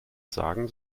sagen